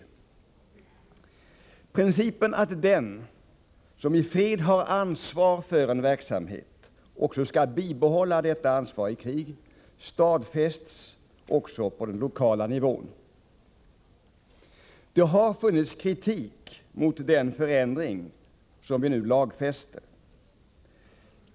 Principen att den som i fred har ansvar för en verksamhet också skall bibehålla detta ansvar i krig stadfästs även på den lokala nivån. Det har funnits kritik mot den förändring som vi nu lagfäster.